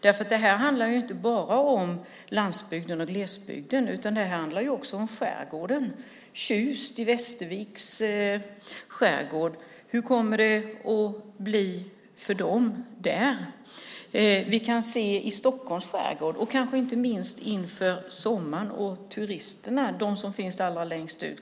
Det här handlar inte bara om landbygden och glesbygden, utan det handlar också om skärgården. Hur kommer det att bli för dem som bor i Tjust i Västerviks skärgård? Stockholms skärgård är ett annat exempel.